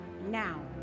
Now